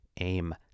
aim